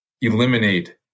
eliminate